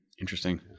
Interesting